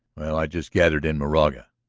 i just gathered in moraga!